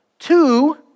Two